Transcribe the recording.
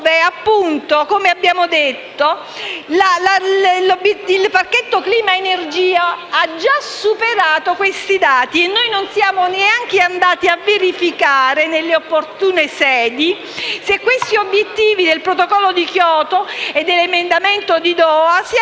Sebbene, come evidenziato, il Pacchetto clima-energia abbia già superato questi dati, non siamo neanche andati a verificare nelle opportune sedi se gli obbiettivi del Protocollo di Kyoto e dell'emendamento di Doha